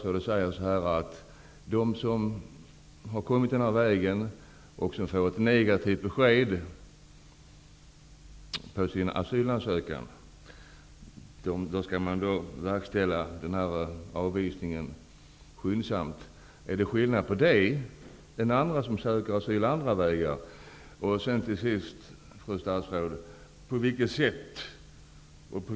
Statsrådet säger att för dem som har kommit denna väg och som får ett negativt besked på sin asylansökan skall avvisningen verkställas skyndsamt. Är det någon skillnad för dem som kommer den här vägen och för dem som kommer andra vägar, vid ansökan om asyl?